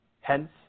hence